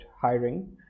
hiring